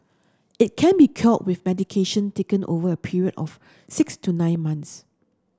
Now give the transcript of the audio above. it can be cured with medication taken over a period of six to nine months